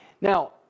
Now